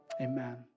Amen